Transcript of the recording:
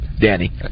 danny